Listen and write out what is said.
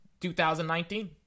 2019